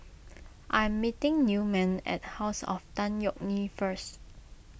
I am meeting Newman at House of Tan Yeok Nee first